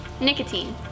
nicotine